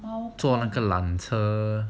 坐那个览车